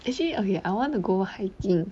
actually okay I want to go hiking